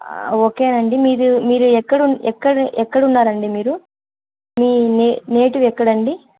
ఓకేనండి మీరు మీరు ఎక్కడు ఎక్కడ ఎక్కడున్నారండి మీరు మీ నే నేటివ్ ఎక్కడండి